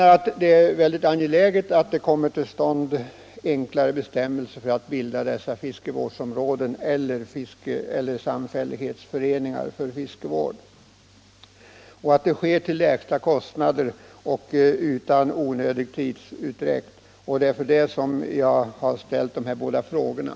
Det är angeläget att det införes enklare bestämmelser för bildande av fiskevårdsområden och samfällighetsföreningar för fiskevård. Det är också angeläget att det kan ske till lägsta kostnader och utan onödig tidsutdräkt. Det var därför jag ställde de båda frågorna.